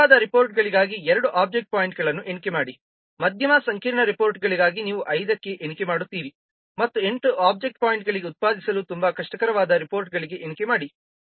ಸರಳವಾದ ರಿಪೋರ್ಟ್ಗಳಿಗಾಗಿ 2 ಒಬ್ಜೆಕ್ಟ್ ಪಾಯಿಂಟ್ಗಳನ್ನು ಎಣಿಕೆ ಮಾಡಿ ಮಧ್ಯಮ ಸಂಕೀರ್ಣ ರಿಪೋರ್ಟ್ಗಳಿಗಾಗಿ ನೀವು 5 ಕ್ಕೆ ಎಣಿಕೆ ಮಾಡುತ್ತೀರಿ ಮತ್ತು 8 ಒಬ್ಜೆಕ್ಟ್ ಪಾಯಿಂಟ್ಗಳಿಗೆ ಉತ್ಪಾದಿಸಲು ತುಂಬಾ ಕಷ್ಟಕರವಾದ ರಿಪೋರ್ಟ್ಗಳಿಗೆ ಎಣಿಕೆ ಮಾಡಿ